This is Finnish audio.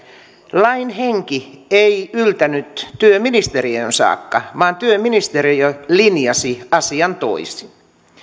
lain henki ei yltänyt työministeriöön saakka vaan työministeriö linjasi asian toisin